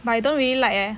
but I don't really like eh